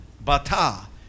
Bata